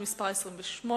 שמספרה 28,